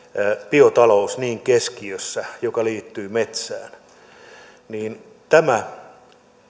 niin keskiössä biotalous joka liittyy metsään mutta tämä